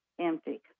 empty